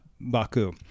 Baku